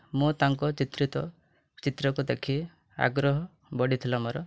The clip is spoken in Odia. ମୁଁ ତାଙ୍କ ଚିତ୍ରିତ ଚିତ୍ରକୁ ଦେଖି ଆଗ୍ରହ ବଢି଼ଥିଲା ମୋର